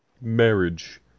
Marriage